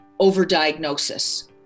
overdiagnosis